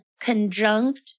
conjunct